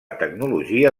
tecnologia